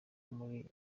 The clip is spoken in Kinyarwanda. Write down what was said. muri